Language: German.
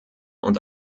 und